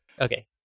okay